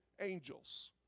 angels